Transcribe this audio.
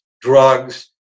drugs